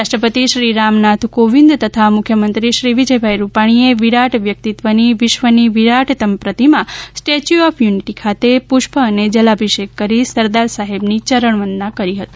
રાષ્ટ્રપતિ શ્રી રામનાથ કોવિંદ તથા મુખ્યમંત્રી શ્રી વિજયભાઈ રૂપાણીએ વિરાટ વ્યક્તિત્વની વિશ્વની વિરાટતમ પ્રતિમા સ્ટેચ્યુ ઓફ યુનિટી ખાતે પુષ્પ અને જલાભિષેક કરી સરદાર સાહેબની ચરણ વંદના કરી હતી